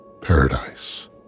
paradise